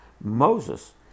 Moses